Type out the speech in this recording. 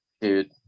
Dude